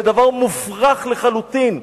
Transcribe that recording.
זה דבר מופרך לחלוטין.